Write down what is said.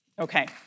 Okay